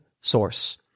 source